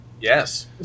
yes